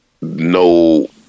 no